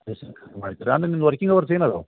ಆಮೇಲೆ ನಿಮ್ದು working hours ಏನು ಇದಾವೆ